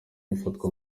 bifatwa